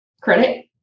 credit